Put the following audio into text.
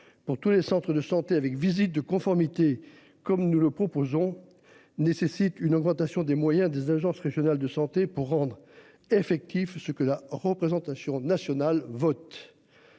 Pour tous les centres de santé avec visite de conformité comme nous le proposons nécessite une augmentation des moyens des agences régionales de santé pour rendre effectif ce que la représentation nationale vote.